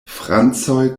francoj